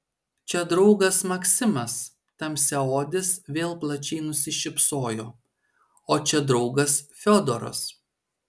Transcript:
čia draugas maksimas tamsiaodis vėl plačiai nusišypsojo o čia draugas fiodoras